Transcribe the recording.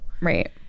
right